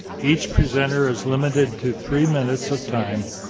each presenter is limited to three minutes of time,